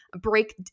break